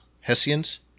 Hessians